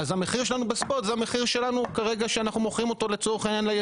אז המחיר שלנו בספוט הוא המחיר שבו אנחנו מוכרים אותו לייצוא.